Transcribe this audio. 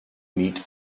meat